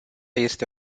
este